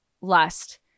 lust